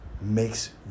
makes